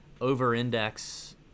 over-index –